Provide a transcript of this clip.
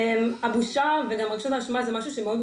הבושה ורגשות האשמה,